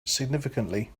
significantly